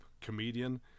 comedian